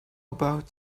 about